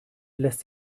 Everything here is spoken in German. lässt